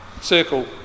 circle